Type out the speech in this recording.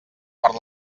per